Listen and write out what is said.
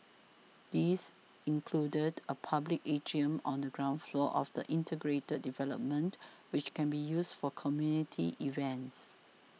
these included a public atrium on the ground floor of the integrated development which can be used for community events